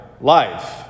life